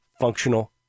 functional